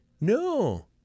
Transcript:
No